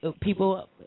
people